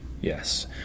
Yes